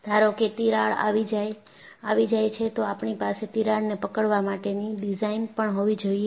ધારો કે તિરાડ આવી જાય છે તો આપણી પાસે તિરાડને પકડવા માટેની ડિઝાઇન પણ હોવી જોઈએ